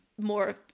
more